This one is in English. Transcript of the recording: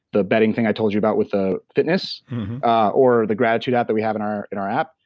the betting thing i told you about with the fitness or the gratitude app that we have in our in our app,